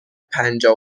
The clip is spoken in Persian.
پنجاه